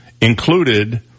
included